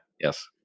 Yes